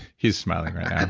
he's smiling right now.